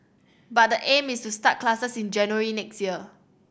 but the aim is to start classes in January next year